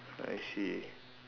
I see